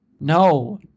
No